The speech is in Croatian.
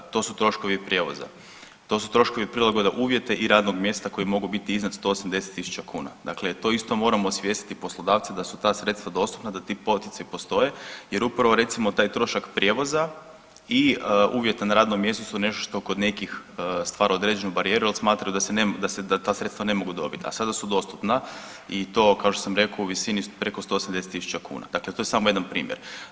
To su troškovi prijevoza, to su troškovi prilagodbe uvjeta i radnog mjesta koji mogu biti iznad 180.000 kuna, dakle to isto moramo osvijestiti poslodavce da su ta sredstva dostupna i da ti poticaji postoji jer upravo recimo taj trošak prijevoza i uvjeta na radnom mjestu su nešto što kod nekih stvara određenu barijeru jel smatraju da ta sredstva ne mogu dobit, a sada su dostupna i to kao što sam rekao u visini preko 180.000 kuna, dakle to je samo jedan primjer.